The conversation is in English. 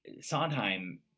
Sondheim